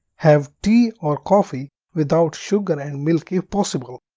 have tea or coffee without sugar and milk if possible.